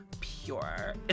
Pure